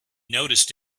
noticed